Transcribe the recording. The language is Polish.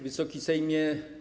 Wysoki Sejmie!